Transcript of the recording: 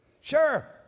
Sure